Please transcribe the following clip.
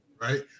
right